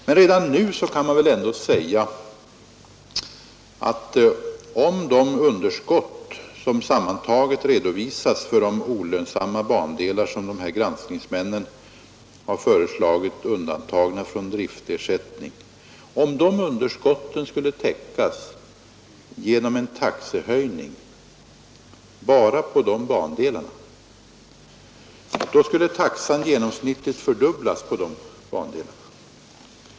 Men redan nu kan sägas, att om de underskott som sammantaget redovisas för de olönsamma bandelar granskningsmännen har föreslagit undantag från driftersättning skulle täckas genom en taxehöjning bara på de bandelarna, så skulle taxan där genomsnittligt fördubblas.